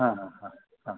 हां हां हां हां हां